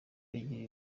ugira